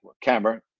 camera